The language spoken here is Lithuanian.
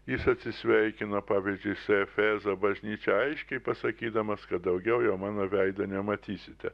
jis atsisveikino pavyzdžiui su efezo bažnyčia aiškiai pasakydamas kad daugiau jau mano veido nematysite